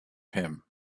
him